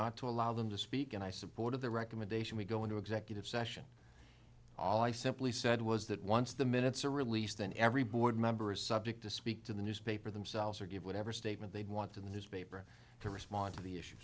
not to allow them to speak and i support of the recommendation we go into executive session all i simply said was that once the minutes are released then every board member is subject to speak to the newspaper themselves or give whatever statement they want to the newspaper to respond to the issue